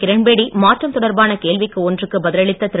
கிரண்பேடி மாற்றம் தொடர்பான கேள்வி ஒன்றுக்கு பதிலளித்த திரு